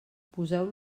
poseu